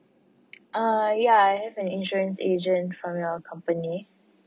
uh ya I have an insurance agent from your company